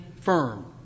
firm